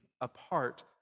apart